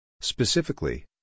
Specifically